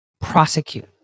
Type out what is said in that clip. prosecute